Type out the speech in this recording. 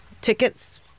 tickets